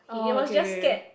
okay